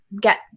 get